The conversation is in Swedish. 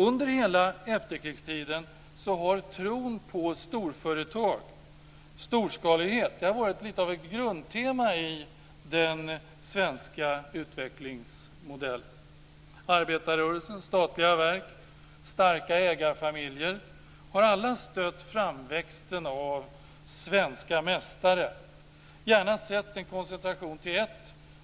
Under hela efterkrigstiden har tron på storföretag och storskalighet varit lite av ett grundtema i den svenska utvecklingsmodellen. Arbetarrörelsen, statliga verk och starka ägarfamiljer har alla stött framväxten av svenska mästare, gärna med en koncentration till ett